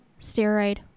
steroid